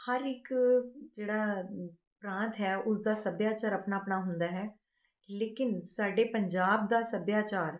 ਹਰ ਇੱਕ ਜਿਹੜਾ ਪ੍ਰਾਂਤ ਹੈ ਉਸ ਦਾ ਸੱਭਿਆਚਾਰ ਆਪਣਾ ਆਪਣਾ ਹੁੰਦਾ ਹੈ ਲੇਕਿਨ ਸਾਡੇ ਪੰਜਾਬ ਦਾ ਸੱਭਿਆਚਾਰ